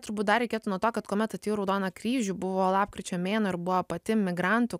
turbūt dar reikėtų nuo to kad kuomet atėjau į raudoną kryžių buvo lapkričio mėnuo ir buvo pati migrantų